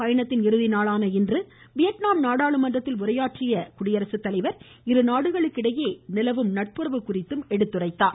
பயணத்தின் கடைசி நாளான இன்று வியட்நாம் நாடாளுமன்றத்தில் உரையாற்றிய குடியரசுத்தலைவர் இரு நாடுகளுக்கிடையே நிலவும் நட்புறவு குறித்தும் எடுத்துரைத்தார்